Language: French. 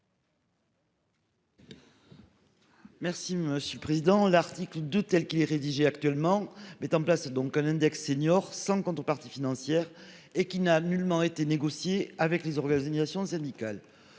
Merci monsieur le président. L'article de tels qu'il est rédigé actuellement mettent en place donc un index seniors sans contrepartie financière et qui n'a nullement été négocié avec les organisations syndicales.